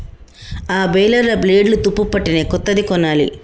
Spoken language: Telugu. ఆ బేలర్ల బ్లేడ్లు తుప్పుపట్టినయ్, కొత్తది కొనాలి